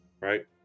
right